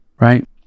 right